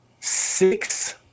six